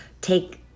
take